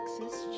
Texas